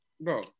bro